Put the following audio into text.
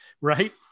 right